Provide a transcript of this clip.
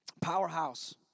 powerhouse